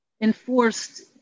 enforced